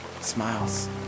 smiles